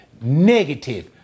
negative